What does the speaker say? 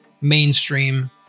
mainstream